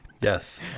Yes